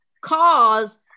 cause